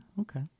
okay